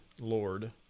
Lord